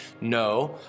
no